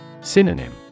Synonym